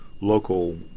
local